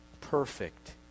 perfect